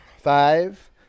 Five